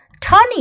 Tony